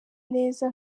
neza